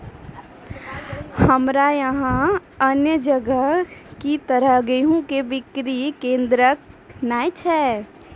हमरा यहाँ अन्य जगह की तरह गेहूँ के बिक्री केन्द्रऽक नैय छैय?